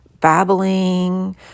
babbling